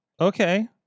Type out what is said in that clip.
Okay